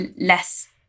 less